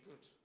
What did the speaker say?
good